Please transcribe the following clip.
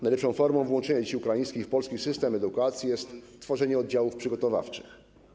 Najlepszą formą włączenia ukraińskich dzieci w polski system edukacji jest tworzenie oddziałów przygotowawczych.